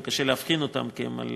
גם קשה להבחין ביניהן, כי הן על